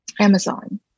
Amazon